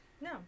No